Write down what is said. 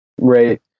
Right